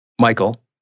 Michael